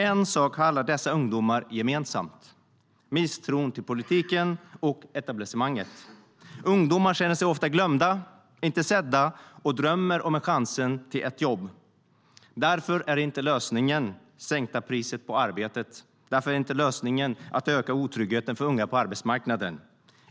En sak har alla dessa ungdomar gemensamt: misstron till politiken och etablissemanget. Ungdomarna känner sig oftast glömda och inte sedda och drömmer om chansen till ett jobb. Därför är inte lösningen att sänka priset på arbete. Därför är inte lösningen att öka otryggheten för unga på arbetsmarknaden.